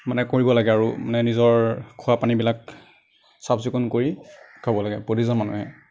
মানে কৰিব লাগে আৰু মানে নিজৰ খোৱা পানীবিলাক চাফ চিকুণ কৰি খাব লাগে প্ৰতিজন মানুহে